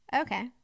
Okay